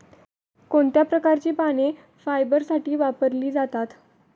कोणत्या प्रकारची पाने फायबरसाठी वापरली जातात?